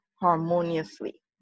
harmoniously